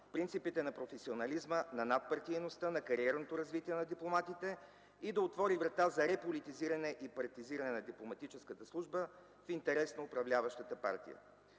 принципите на професионализма, на надпартийността, на кариерното развитие на дипломатите и да отворят врата за реполитизиране и партизиране на дипломатическата служба в интерес на управляващата партия.